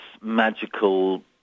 magical